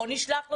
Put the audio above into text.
בוא נשלח לו,